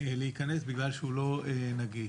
להיכנס בגלל שהוא לא נגיש.